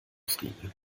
friemeln